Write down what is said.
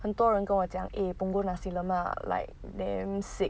很多人跟我讲 eh punggol nasi lemak damn sick